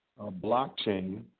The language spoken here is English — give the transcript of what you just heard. blockchain